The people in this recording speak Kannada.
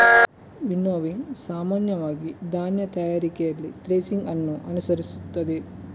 ವಿನ್ನೋವಿಂಗ್ ಸಾಮಾನ್ಯವಾಗಿ ಧಾನ್ಯ ತಯಾರಿಕೆಯಲ್ಲಿ ಥ್ರೆಸಿಂಗ್ ಅನ್ನು ಅನುಸರಿಸುತ್ತದೆ